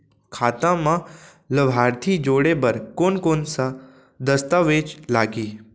खाता म लाभार्थी जोड़े बर कोन कोन स दस्तावेज लागही?